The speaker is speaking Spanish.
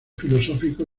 filosófico